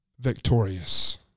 Victorious